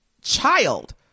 child